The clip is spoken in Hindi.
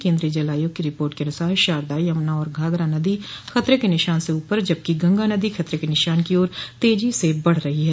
केन्द्रीय जल आयाग की रिपोर्ट के अन्सार शारदा यमुना और घाघरा नदी खतरे के निशान से ऊपर जबकि गंगा नदी खतरे के निशान की ओर तेजी से बढ़ रही है